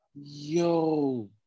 Yo